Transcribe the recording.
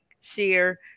share